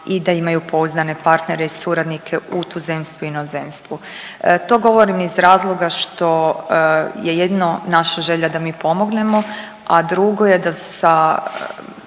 i da imaju pouzdane partnere i suradnike u tuzemstvu i inozemstvu. To govorim iz razloga što je jedno naša želja da mi pomognemo, a drugo je da sa,